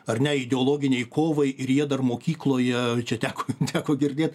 ar ne ideologinei kovai ir jie dar mokykloje čia teko teko girdėt